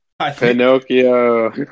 Pinocchio